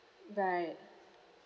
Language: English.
right